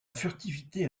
furtivité